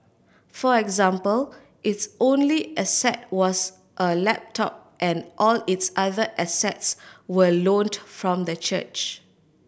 for example its only asset was a laptop and all its other assets were loaned from the church